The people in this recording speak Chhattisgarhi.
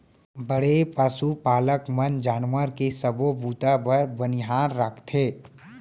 बड़े पसु पालक मन जानवर के सबो बूता बर बनिहार राखथें